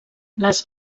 les